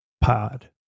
Pod